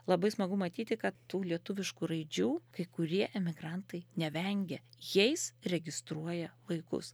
labai smagu matyti kad tų lietuviškų raidžių kai kurie emigrantai nevengia jais registruoja vaikus